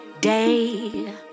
day